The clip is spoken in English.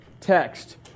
text